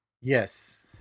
Yes